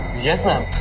yes, ma'am.